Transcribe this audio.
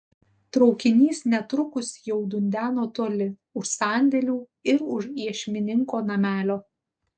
traukinys netrukus jau dundeno toli už sandėlių ir už iešmininko namelio